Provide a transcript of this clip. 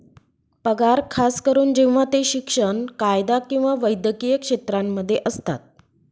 पगार खास करून जेव्हा ते शिक्षण, कायदा किंवा वैद्यकीय क्षेत्रांमध्ये असतात